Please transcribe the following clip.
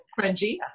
cringy